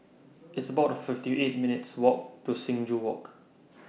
It's about fifty eight minutes' Walk to Sing Joo Walk